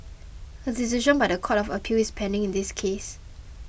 a decision by the court of appeal is pending in this case